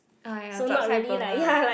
uh ya chap-cai-peng ah